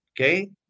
Okay